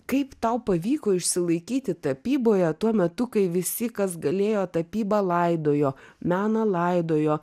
kaip tau pavyko išsilaikyti tapyboje tuo metu kai visi kas galėjo tapybą laidojo meną laidojo